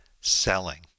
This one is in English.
Selling